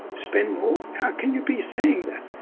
spend more? how can you be saying that?